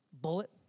Bullet